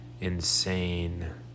insane